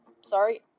sorry